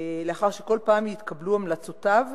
לאחר שכל פעם יתקבלו המלצותיו